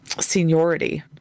seniority